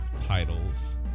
titles